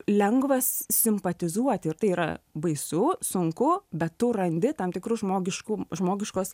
lengva s simpatizuoti ir tai yra baisu sunku bet tu randi tam tikrų žmogiškų žmogiškos